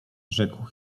rzekł